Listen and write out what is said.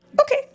Okay